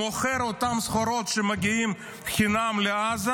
מוכר את אותן סחורות שמגיעות חינם לעזה